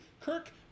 Kirk